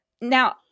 Now